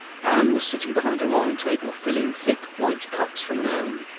anne was sitting behind a long table filling thick white cups from an urn.